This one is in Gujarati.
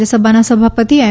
રાજ્યસભાના સભાપતિ એમ